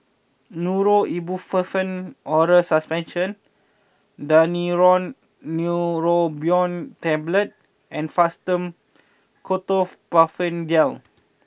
Nurofen Ibuprofen Oral Suspension Daneuron Neurobion Tablets and Fastum Ketoprofen Gel